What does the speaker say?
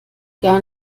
gar